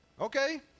Okay